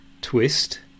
twist